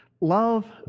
love